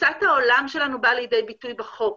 העולם שלנו באה לידי ביטוי בחוק,